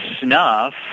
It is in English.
snuff